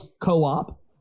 co-op